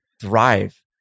thrive